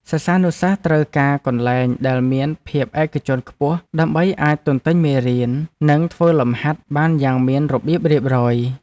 សិស្សានុសិស្សត្រូវការកន្លែងដែលមានភាពឯកជនខ្ពស់ដើម្បីអាចទន្ទិញមេរៀននិងធ្វើលំហាត់បានយ៉ាងមានរបៀបរៀបរយ។